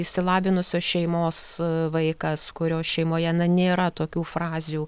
išsilavinusios šeimos vaikas kurio šeimoje na nėra tokių frazių